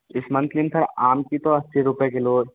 इस मंथली में सर आम की तो अस्सी रुपए किलो